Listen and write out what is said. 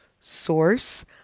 source